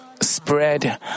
spread